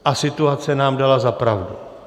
A situace nám dala za pravdu.